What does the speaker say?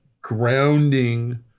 grounding